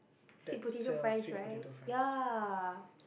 sweet potato fries right ya